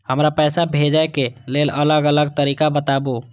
हमरा पैसा भेजै के लेल अलग अलग तरीका बताबु?